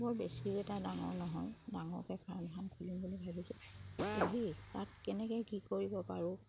বৰ বেছিও এটা ডাঙৰ নহয় ডাঙৰকে ফাৰ্ম এখন খুলিম বুলি ভাবিছোঁ পুহি তাত কেনেকে কি কৰিব পাৰোঁ